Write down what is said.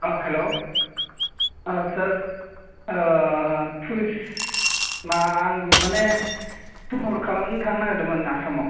अ hello अ सार tourist मा आं माने टुर खालामनो थांनो नागिरदोंमोन आसामआव